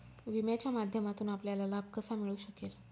विम्याच्या माध्यमातून आपल्याला लाभ कसा मिळू शकेल?